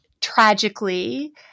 tragically